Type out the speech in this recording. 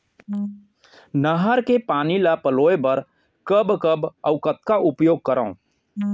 नहर के पानी ल पलोय बर कब कब अऊ कतका उपयोग करंव?